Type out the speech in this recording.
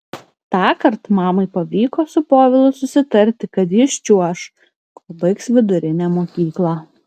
tąkart mamai pavyko su povilu susitarti kad jis čiuoš kol baigs vidurinę mokyklą